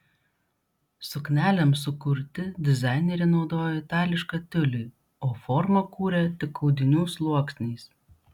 suknelėms sukurti dizainerė naudojo itališką tiulį o formą kūrė tik audinių sluoksniais